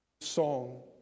song